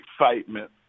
excitement